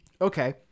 Okay